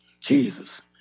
Jesus